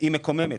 היא אמירה מקוממת,